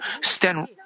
stand